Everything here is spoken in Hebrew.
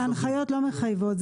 אלה הנחיות לא מחייבות,